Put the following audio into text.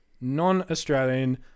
non-Australian